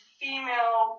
female